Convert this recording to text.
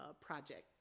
project